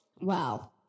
Wow